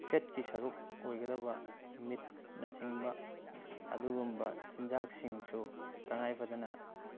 ꯐꯦꯠꯀꯤ ꯁꯔꯨꯛ ꯑꯣꯏꯒꯗꯕ ꯃꯤꯠꯅꯁꯤꯡꯕ ꯑꯗꯨꯒꯨꯝꯕ ꯆꯤꯟꯖꯥꯛꯁꯤꯡꯁꯨ ꯇꯉꯥꯏ ꯐꯗꯅ